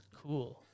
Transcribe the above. cool